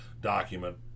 document